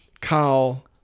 Kyle